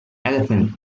elephant